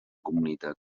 comunitat